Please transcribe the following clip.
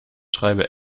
schreibe